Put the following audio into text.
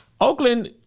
Oakland